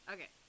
Okay